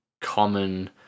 common